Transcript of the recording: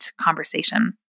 conversation